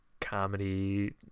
comedy